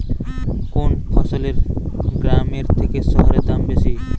কোন ফসলের গ্রামের থেকে শহরে দাম বেশি?